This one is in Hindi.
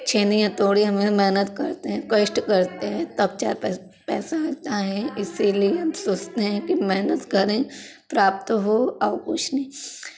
छैनी हथोड़ी में मेहनत करते हैं कष्ट करते हैं तब चार पैसा आता है इसीलिये हम सोचते हैं की मेहनत करें तो प्राप्त हो और कुछ नहीं